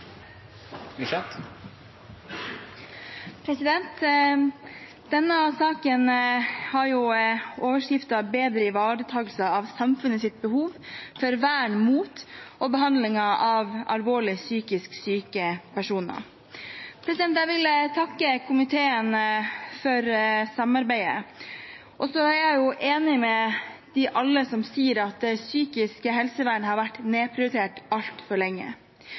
minutter. Denne saken har overskriften: Bedre ivaretakelse av samfunnets behov for vern mot og behandling av alvorlig psykisk syke personer. Jeg vil takke komiteen for samarbeidet. Jeg er enig med alle som sier at det psykiske helsevernet har vært nedprioritert altfor lenge.